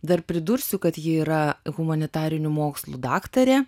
dar pridursiu kad ji yra humanitarinių mokslų daktarė